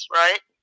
right